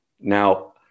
Now